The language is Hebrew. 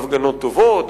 הפגנות טובות,